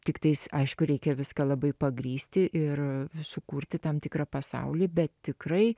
tiktais aišku reikia viską labai pagrįsti ir sukurti tam tikrą pasaulį bet tikrai